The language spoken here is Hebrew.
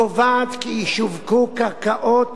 קובעת כי ישווקו קרקעות